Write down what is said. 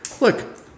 Look